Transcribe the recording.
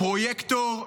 פרויקטור,